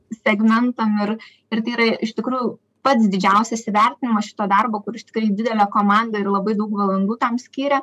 segmentam ir ir tai yra iš tikrųjų pats didžiausias įvertinimas šito darbo kuri tikrai didelė komanda ir labai daug valandų tam skyrė